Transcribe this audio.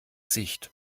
sicht